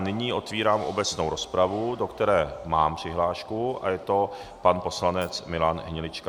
Nyní otevírám obecnou rozpravu, do které mám přihlášku, a je to pan poslanec Milan Hnilička.